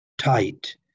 tight